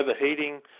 overheating